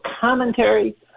commentary